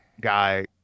Guy